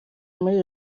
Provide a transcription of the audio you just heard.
muri